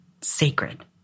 sacred